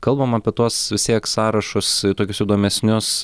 kalbam apie tuos vis tiek sąrašus tokius įdomesnius